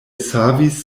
savis